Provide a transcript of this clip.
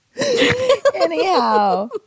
Anyhow